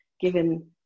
given